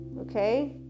okay